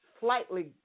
slightly